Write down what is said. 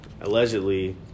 allegedly